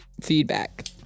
feedback